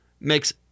makes